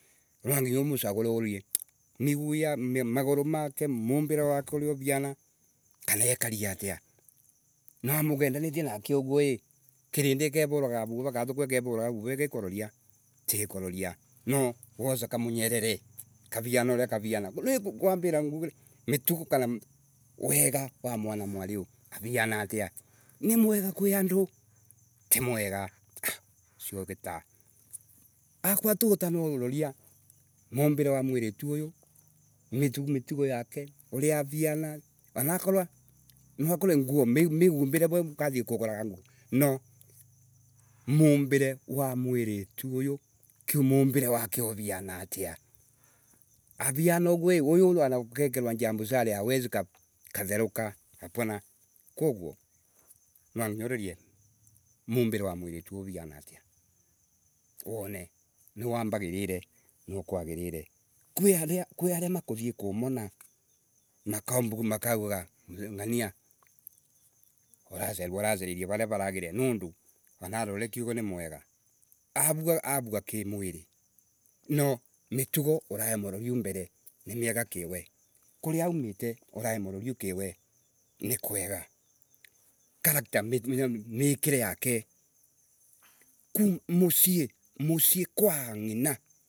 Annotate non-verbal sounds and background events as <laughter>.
Nwanginya umucagure urorie, <hesitation> miguu maguro make, mumbire wako uria uriana, kana ekari atya. Mugendatie nake uguo I, kirindi ikevuraga viura kana tiko ikeruranga vuva igikuroria Ti ikuroria no, woca kamunyerere kariana uria karianau nikwambiraa mitugo kana wega wa mwanamwari huyu, avian atya Nimwega kwi andu Ti mwega. aagu, ucio ta. Akorwa tuta niuroria mumbire wa mwiritu huyu, mitugo yake oria arianaa anakorwa, nwakore nguo migumbire we ukaithi kuguraga no, mumbire wa mwiritu huyu, mumbire wake uriana atya Ariana uguo I uyu ana agekirwa njambusari hawezi katheruka. Ati wana kaguo nwanginya urorie mumbire wa mwiritu huyu uriana atio wone, niwambagirire Niukwagirire, kwi aria makuthii kumona makaumb makaugaga, ng’ania uracaririe raria ragirire niundi wana aroretie uguo ni mwega. arua ki mwiri, no mitugo urai muroriu mbere, ni miega ki we. Kuria aumite urai muroriu kiwe, ni kwega. Character <hesitation> miaaa mikire yake, kuu mucii, mucii kwaa ng’inaa.